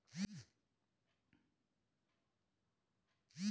internet के मदद से खोलल जाला ऑनलाइन डिटेल देवे क पड़ेला